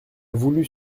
voulu